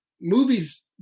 movies